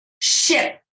ship